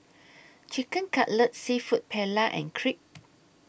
Chicken Cutlet Seafood Paella and Crepe